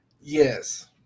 Yes